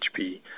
HP